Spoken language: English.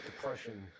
depression